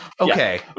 okay